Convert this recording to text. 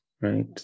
right